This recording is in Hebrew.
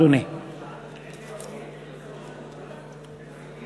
הצעת חוק-יסוד: